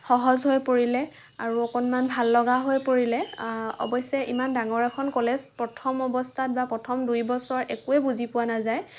সহজ হৈ পৰিলে আৰু অকণমান ভাল লগা হৈ পৰিলে অৱশ্যে ইমান ডাঙৰ এখন কলেজ প্ৰথম অৱস্থাত বা প্ৰথম দুই বছৰ একোৱে বুজি পোৱা নাযায়